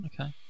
Okay